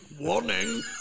warning